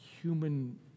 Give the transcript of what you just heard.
human